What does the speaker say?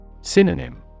Synonym